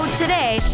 today